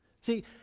see